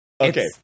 Okay